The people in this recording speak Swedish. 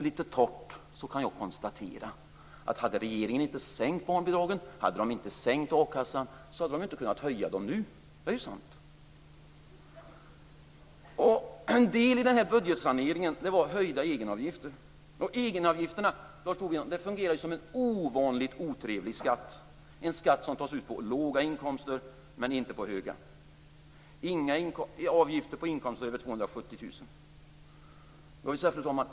Litet torrt kan jag konstatera att hade regeringen inte sänkt barnbidragen och a-kassan hade den inte kunnat höja dem nu. Det är ju sant. En del i budgetsaneringen bestod av höjda egenavgifter. Egenavgifterna fungerar ju som en ovanligt otrevlig skatt, Lars Tobisson. Det är en skatt som tas ut på låga inkomster men inte på höga. Det är inga avgifter på inkomster över 270 000 kr.